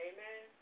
Amen